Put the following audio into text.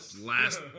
last